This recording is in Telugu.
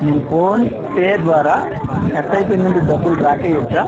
నేను ఫోన్పే ద్వారా ఎస్ఐపి నుండి డబ్బులు డ్రా చేయవచ్చా